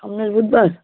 সামনের বুধবার